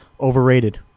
overrated